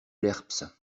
lerps